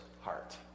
heart